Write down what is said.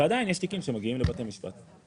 ועדיין יש תיקים שמגיעים לבתי משפט.